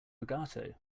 legato